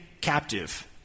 captive